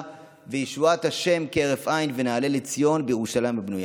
וישועת ה' כהרף עין ונעלה לציון בירושלים הבנויה.